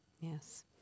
Yes